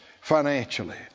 financially